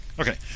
Okay